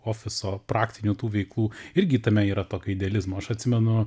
ofiso praktinių tų veiklų irgi tame yra tokio idealizmo aš atsimenu